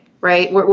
right